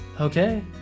Okay